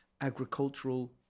agricultural